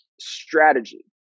strategy